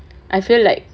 I feel like